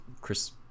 Chris